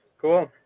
Cool